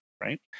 right